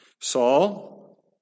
Saul